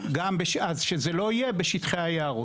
אז שזה לא יהיה בשטחי היערות.